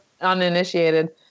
uninitiated